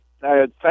Thank